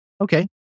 Okay